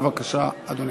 בבקשה, אדוני.